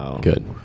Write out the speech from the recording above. Good